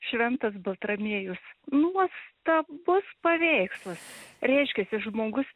šventas baltramiejus nuostabus paveikslas reiškiasi žmogus